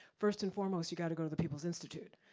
first and foremost, you gotta go to the people's institute.